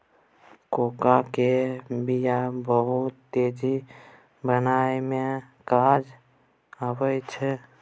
cocoa केर बिया बहुते चीज बनाबइ मे काज आबइ छै